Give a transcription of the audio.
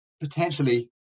potentially